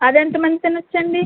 అదేంత మంది తినచ్చండి